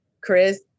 Chris